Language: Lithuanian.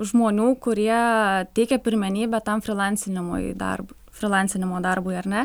žmonių kurie teikia pirmenybę tam frilansinimui darbui frilansinimo darbui ar ne